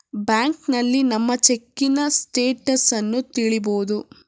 ಬ್ಯಾಂಕ್ನಲ್ಲಿ ನಮ್ಮ ಚೆಕ್ಕಿನ ಸ್ಟೇಟಸನ್ನ ತಿಳಿಬೋದು